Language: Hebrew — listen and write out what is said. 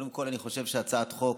קודם כול, אני חושב שהצעת חוק,